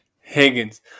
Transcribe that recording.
Higgins